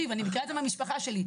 האישית מהמשפחה שלי.